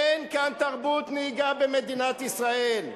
אין כאן תרבות נהיגה, במדינת ישראל.